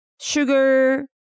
sugar